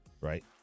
right